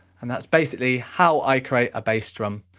and that's basically how i create a bass drum,